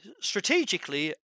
Strategically